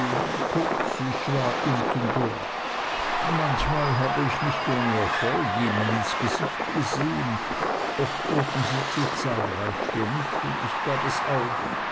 kurz ich war untendurch manchmal habe ich nicht ohne erfolg ihnen ins gesicht gesehen oft wurden sie zu zahlreich für mich und ich gab es auf